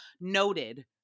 noted